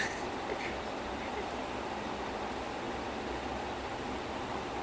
best ya because அந்த ஒரு:antha oru scene like um the